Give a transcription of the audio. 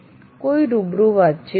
કોઈ રૂબરૂ વાતચીત નથી